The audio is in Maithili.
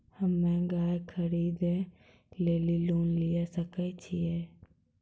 हम्मे गाय खरीदे लेली लोन लिये सकय छियै?